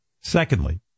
Secondly